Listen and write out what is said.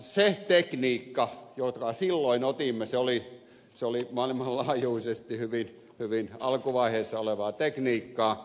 se tekniikka jonka silloin otimme oli maailmanlaajuisesti hyvin alkuvaiheessa olevaa tekniikkaa